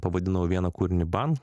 pavadinau vieną kūrinį ban